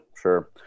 sure